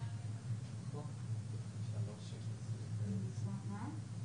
2% או עש שבעה שקלים.